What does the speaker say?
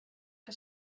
que